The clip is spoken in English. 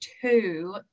two